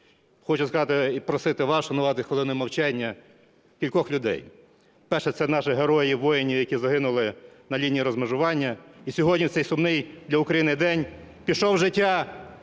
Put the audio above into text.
хочу сказати і просити вас вшанувати хвилиною мовчання кількох людей. Перше – це наших героїв воїнів, які загинули на лінії розмежування. І сьогодні в цей сумний для України день пішов з життя